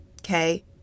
Okay